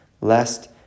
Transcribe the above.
lest